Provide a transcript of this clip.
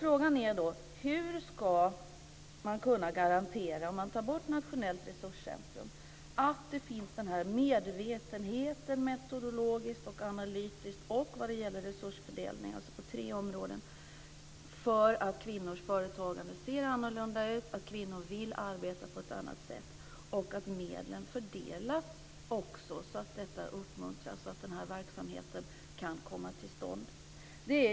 Frågan är då: Hur ska man, om man tar bort Nationellt resurscentrum, kunna garantera att det finns denna medvetenhet - metrologiskt, analytiskt och när det gäller resursfördelning - om att kvinnors företagande ser annorlunda ut och att kvinnor vill arbeta på ett annorlunda sätt? Och hur ska man kunna garantera att medlen fördelas så att detta uppmuntras och så att denna verksamhet kan komma till stånd?